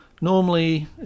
Normally